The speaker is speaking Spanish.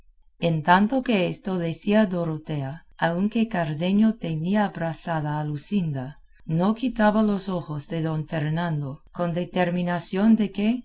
en tanto que esto decía dorotea aunque cardenio tenía abrazada a luscinda no quitaba los ojos de don fernando con determinación de que